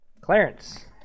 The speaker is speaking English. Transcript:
Clarence